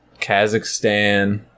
Kazakhstan